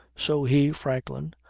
so he, franklin,